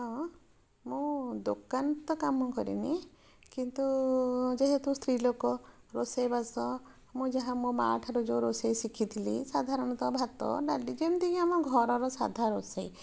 ହଁ ମୁଁ ଦୋକାନ ତ କାମ କରିନି କିନ୍ତୁ ଯେହେତୁ ସ୍ତ୍ରୀ ଲୋକ ରୋଷେଇ ବାସ ମୁଁ ଯାହା ମୋ ମା'ଠାରୁ ଯେଉଁ ରୋଷେଇ ଶିଖିଥିଲି ସାଧାରଣତଃ ଭାତ ଡାଲି ଯେମିତିକି ଆମ ଘରର ସାଧା ରୋଷେଇ